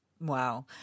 Wow